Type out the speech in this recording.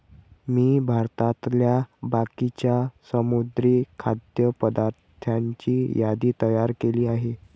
मी भारतातल्या बाकीच्या समुद्री खाद्य पदार्थांची यादी तयार केली आहे